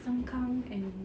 sengkang and